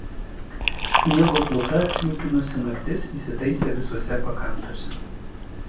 sniego pluta atsliūkinusi naktis įsitaisė visuose pakampiuose